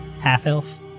half-elf